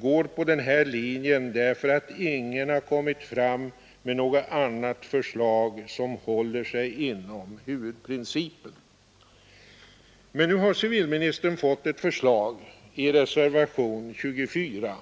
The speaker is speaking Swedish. går på den här linjen därför att ingen har kommit fram med något annat förslag som håller sig inom huvudprincipen. Men nu har civilministern fått ett förslag i reservationen 24.